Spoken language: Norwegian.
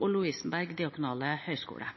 og Lovisenberg diakonale høgskole.